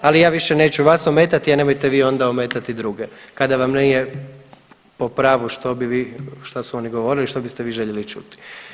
Ali ja više neću vas ometati, a nemojte vi onda ometati druge kada vam nije po pravu što bi vi, što su oni govorili, što biste vi željeli čuti.